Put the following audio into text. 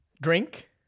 Drink